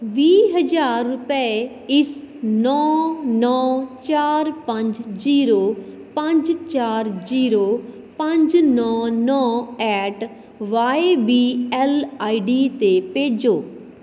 ਵੀਹ ਹਜ਼ਾਰ ਰੁਪਏ ਇਸ ਨੌਂ ਨੌਂ ਚਾਰ ਪੰਜ ਜੀਰੋ ਪੰਜ ਚਾਰ ਜੀਰੋ ਪੰਜ ਨੌਂ ਨੌਂ at Y B L I D 'ਤੇ ਭੇਜੋ